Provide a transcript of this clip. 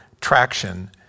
traction